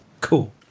Cool